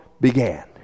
began